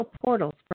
portals